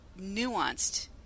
nuanced